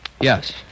Yes